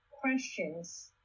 questions